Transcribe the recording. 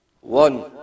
One